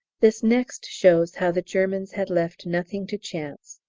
this next shows how the germans had left nothing to chance.